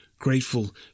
grateful